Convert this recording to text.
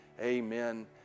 amen